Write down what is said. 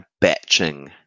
batching